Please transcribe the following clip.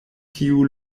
tiu